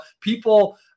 people